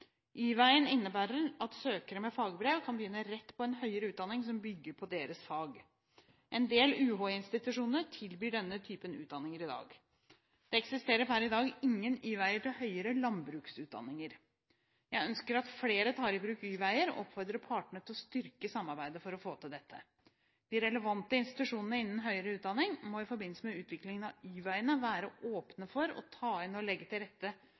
innebærer at søkere med fagbrev kan begynne rett på en høyere utdanning som bygger på deres fag. En del UH-institusjoner tilbyr denne typen utdanninger i dag. Det eksisterer per i dag ingen Y-veier til høyere landbruksutdanninger. Jeg ønsker at flere tar i bruk Y-veier og oppfordrer partene til å styrke samarbeidet for å få til dette. De relevante institusjonene innen høyere utdanning må i forbindelse med utviklingen av Y-veiene være åpne for å ta inn og legge til rette